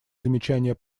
замечания